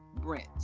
Brent